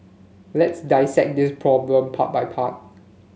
let's dissect this problem part by part